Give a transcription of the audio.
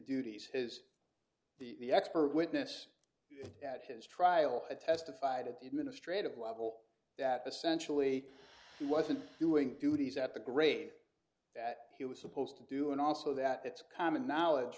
duties has the expert witness at his trial had testified at the administrative level that essentially wasn't doing duties at the grave that he was supposed to do and also that it's common knowledge